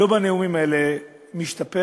לא בנאומים האלה משתפר,